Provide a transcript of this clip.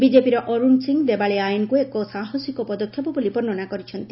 ବିଜେପିର ଅରୁଣ ସିଂ ଦେବାଳିଆ ଆଇନକୁ ଏକ ସାହସିକ ପଦକ୍ଷେପ ବୋଲି ବର୍ଷ୍ଣନା କରିଛନ୍ତି